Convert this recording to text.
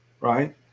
right